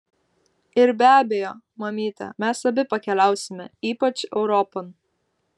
ir be abejo mamyte mes abi pakeliausime ypač europon